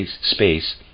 space